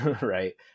right